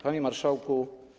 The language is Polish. Panie Marszałku!